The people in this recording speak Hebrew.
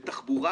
מתחבורה